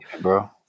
Bro